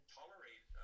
tolerate